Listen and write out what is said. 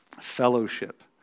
fellowship